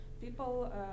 People